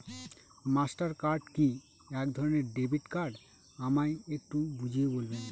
Master card কি একধরণের debit card আমায় একটু বুঝিয়ে বলবেন?